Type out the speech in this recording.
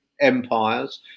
empires